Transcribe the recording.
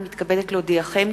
אני מתכבדת להודיעכם,